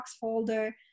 folder